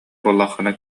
буоллаххына